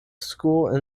school